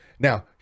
Now